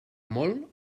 molt